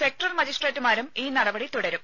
sectoral മജിസ്ട്രേറ്റുമാരും ഈ നടപടി തുടരും